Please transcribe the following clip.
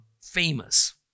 famous